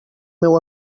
meu